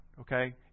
Okay